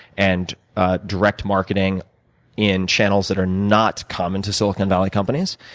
and ah direct marketing in channels that are not common to silicon valley companies.